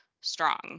strong